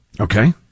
Okay